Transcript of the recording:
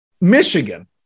Michigan